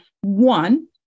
one